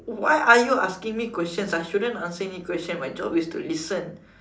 why are you asking me questions I shouldn't answer any question my job is to listen